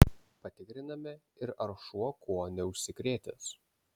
patikriname ir ar šuo kuo neužsikrėtęs